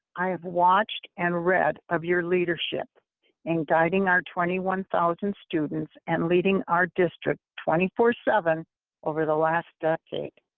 i have watched and read of your leadership in guiding our twenty one thousand students and leading our district twenty four seven over the last decade.